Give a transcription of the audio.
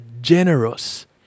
generous